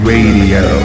Radio